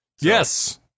Yes